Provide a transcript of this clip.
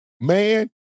Man